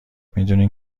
میدونین